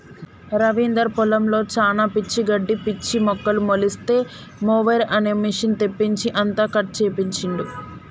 రవీందర్ పొలంలో శానా పిచ్చి గడ్డి పిచ్చి మొక్కలు మొలిస్తే మొవెర్ అనే మెషిన్ తెప్పించి అంతా కట్ చేపించిండు